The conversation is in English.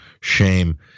shame